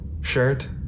shirt